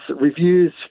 reviews